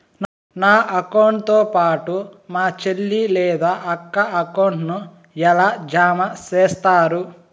నా అకౌంట్ తో పాటు మా చెల్లి లేదా అక్క అకౌంట్ ను ఎలా జామ సేస్తారు?